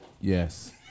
Yes